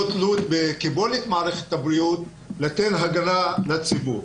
תלות בקיבולת מערכת הבריאות לתת הגנה לציבור.